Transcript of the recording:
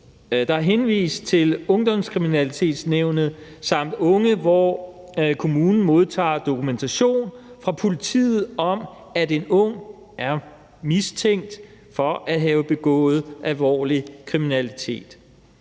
der er henvist til Ungdomskriminalitetsnævnet, samt unge, hvor kommunen modtager dokumentation fra politiet om, at en ung er mistænkt for at have begået alvorlig kriminalitet.